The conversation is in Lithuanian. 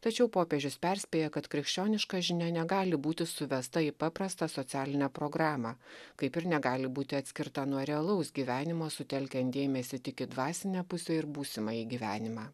tačiau popiežius perspėja kad krikščioniška žinia negali būti suvesta į paprastą socialinę programą kaip ir negali būti atskirta nuo realaus gyvenimo sutelkiant dėmesį tik į dvasinę pusę ir būsimąjį gyvenimą